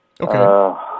Okay